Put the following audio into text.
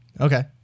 Okay